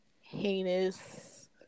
heinous